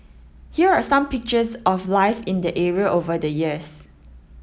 here are some pictures of life in the area over the years